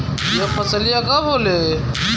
यह फसलिया कब होले?